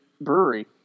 Brewery